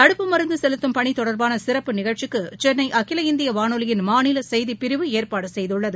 தடுப்பு மருந்துசெலுத்தும் பணிதொடர்பானசிறப்பு நிகழ்ச்சிக்குசென்னைஅகில இந்தியவானொலியின் மாநிலசெயதிப் பிரிவு ஏற்பாடுசெய்துள்ளது